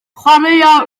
chwaraea